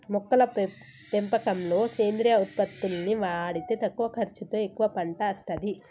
మొక్కల పెంపకంలో సేంద్రియ ఉత్పత్తుల్ని వాడితే తక్కువ ఖర్చుతో ఎక్కువ పంట అస్తది